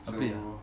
a bit ah